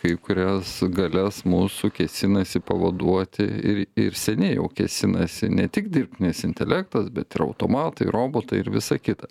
kai kurias galias mūsų kėsinasi pavaduoti ir ir seniai jau kėsinasi ne tik dirbtinis intelektas bet ir automatai robotai ir visa kita